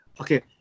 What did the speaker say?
okay